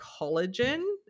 collagen